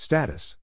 Status